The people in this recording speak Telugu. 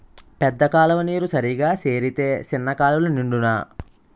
పెద్ద కాలువ నీరు సరిగా సేరితే సిన్న కాలువలు నిండునా